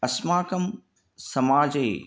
अस्माकं समाजे